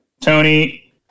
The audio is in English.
Tony